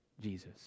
Jesus